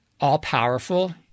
all-powerful